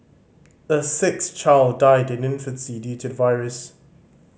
a sixth child died in infancy due to the virus